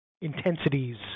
intensities